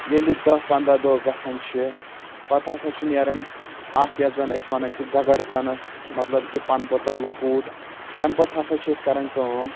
ییٚلہِ دہ پَنٛداہ دۄہ گژھان چھِ پَتہٕ ہسا چھُ نیران اکھ یَتھ زَن أسۍ وَنان چھِ گَگر کنہٕ مطلب کہِ پَنہٕ پٔتٕر لۄکُٹ تَمہِ پَتہٕ ہسا چھِ أسۍ کران کٲم